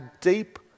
deep